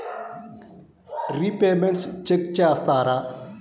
Repayments check చేస్తారా?